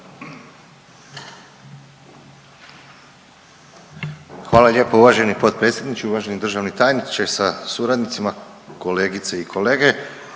Hvala lijepo uvaženi potpredsjedniče i uvaženi državni tajniče sa suradnicima, kolegice i kolege.